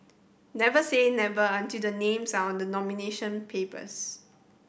never say never until the names are on the nomination papers